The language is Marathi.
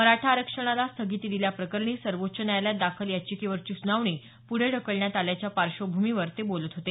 मराठा आरक्षणाला स्थगिती दिल्याप्रकरणी सर्वोच्च न्यायालयात दाखल याचिकेवरची सुनावणी पुढे ढकलण्यात आल्याच्या पार्श्वभूमीवर ते बोलत होते